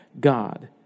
God